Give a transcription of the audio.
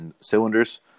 cylinders